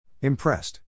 Impressed